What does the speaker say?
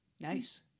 nice